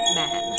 man